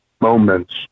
moments